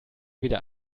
wieder